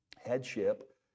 Headship